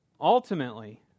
ultimately